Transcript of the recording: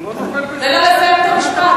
תן לו לסיים את המשפט.